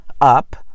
up